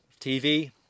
tv